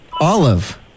Olive